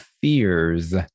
fears